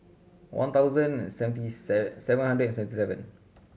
one thousand seventy seven hundred seventy seven